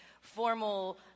formal